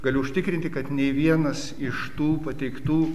galiu užtikrinti kad nei vienas iš tų pateiktų